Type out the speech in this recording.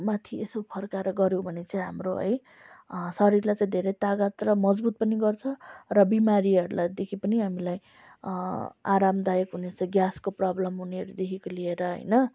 माथि यसो फर्काएर गऱ्यो भने चाहिँ हाम्रो है शरीरलाई चाहिँ धेरै तागत र मजबुत पनि गर्छ र बिमारीहरूलाईदेखि पनि हामीलाई आरामदायक हुनेछ ग्यासको प्रोब्लम हुनेहरूदेखिको लिएर होइन